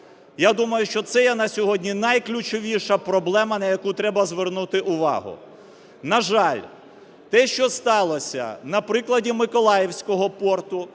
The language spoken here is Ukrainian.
Я думаю, що це є на сьогодні найключовіша проблема, на яку треба звернути увагу. На жаль, те, що сталося на прикладі Миколаївського порту,